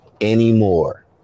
anymore